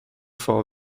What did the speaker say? for